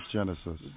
Genesis